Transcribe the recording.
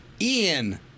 Ian